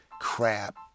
crap